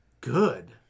good